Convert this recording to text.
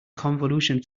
convolution